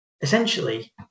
essentially